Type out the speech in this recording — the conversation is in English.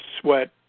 sweat